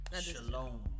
Shalom